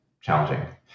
challenging